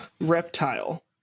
reptile